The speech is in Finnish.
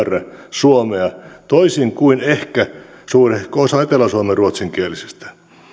suomea toisin kuin ehkä suurehko osa etelä suomen ruotsinkielisistä